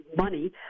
money